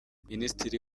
minisitiri